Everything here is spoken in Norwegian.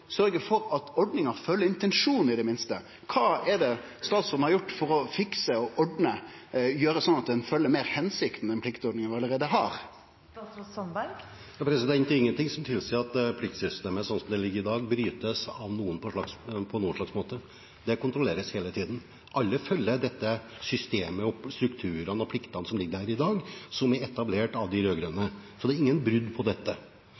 for at ordninga følgjer intensjonen i det minste. Kva har statsråden gjort for å fikse og ordne, gjere slik at ein følgjer meir hensikta med den pliktordninga vi allereie har? Det er ingenting som tilsier at pliktsystemet slik det ligger i dag, brytes av noen på noen slags måte. Det kontrolleres hele tiden. Alle følger dette systemet, den strukturen og de pliktene som ligger der i dag, som er etablert av de rød-grønne. Så det er ingen brudd på dette.